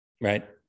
Right